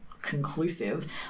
Conclusive